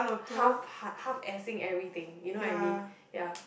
half hear~ half assing everything you know I mean ya